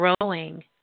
growing